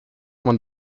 man